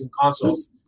consoles